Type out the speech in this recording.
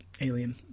alien